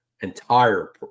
entire